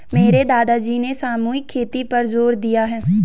मेरे दादाजी ने सामूहिक खेती पर जोर दिया है